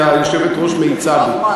כי היושבת-ראש מאיצה בי.